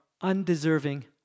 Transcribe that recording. undeserving